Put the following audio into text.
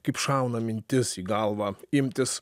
kaip šauna mintis į galvą imtis